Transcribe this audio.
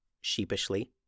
sheepishly